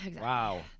Wow